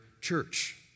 church